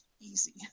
easy